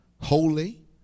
Holy